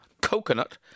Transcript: coconut